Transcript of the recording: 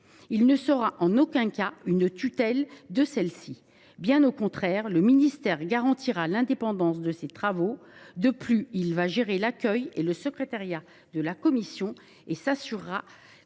Il n’exercera en aucun cas une tutelle sur celle ci. Bien au contraire, le ministère garantira l’indépendance de ses travaux. De plus, il gérera l’accueil et le secrétariat de la commission et veillera